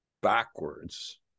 backwards